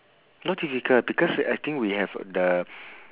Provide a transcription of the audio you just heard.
not difficult because I think we have the